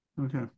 Okay